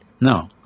no